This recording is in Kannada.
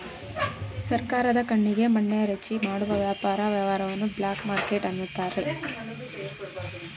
ಸರ್ಕಾರದ ಕಣ್ಣಿಗೆ ಮಣ್ಣೆರಚಿ ಮಾಡುವ ವ್ಯಾಪಾರ ವ್ಯವಹಾರವನ್ನು ಬ್ಲಾಕ್ ಮಾರ್ಕೆಟ್ ಅನ್ನುತಾರೆ